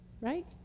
right